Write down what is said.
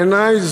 בעיני,